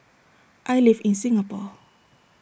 I live in Singapore